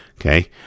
okay